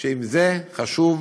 אם זה חשוב,